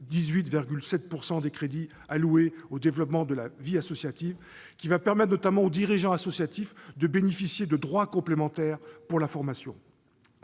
: les crédits alloués au développement de la vie associative augmentent de 18,7 %, ce qui permettra, notamment aux dirigeants associatifs, de bénéficier de droits complémentaires pour la formation.